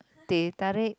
teh-tarik